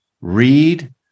read